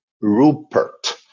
Rupert